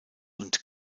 und